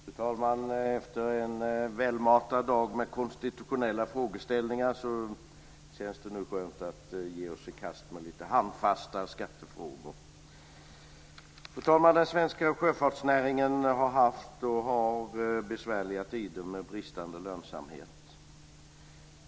Fru talman! Efter en välmatad dag med konstitutionella frågeställningar känns det nu skönt att ge sig i kast med lite handfasta skattefrågor. Fru talman! Den svenska sjöfartsnäringen har haft och har besvärliga tider med bristande lönsamhet.